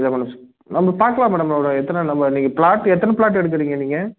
இல்லை மேடம் ச நம்ம பார்க்கலாம் மேடம் அவங்க எத்தனை நம்ம நீங்கள் ப்ளாட் எத்தனை ப்ளாட் எடுக்கறீங்க நீங்கள்